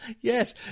yes